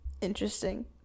interesting